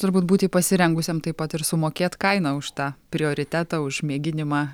turbūt būti pasirengusiam taip pat ir sumokėt kainą už tą prioritetą už mėginimą